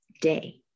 day